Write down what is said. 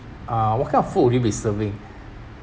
uh what kind of food you'll be serving